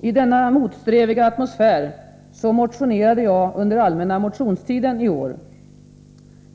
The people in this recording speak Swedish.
I denna motsträviga atmosfär motionerade jag under allmänna motionstiden i år.